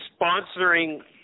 sponsoring